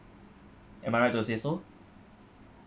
am I right to say so